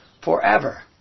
forever